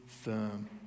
firm